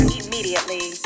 immediately